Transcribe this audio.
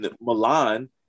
Milan